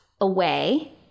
away